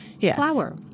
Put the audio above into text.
flower